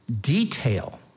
detail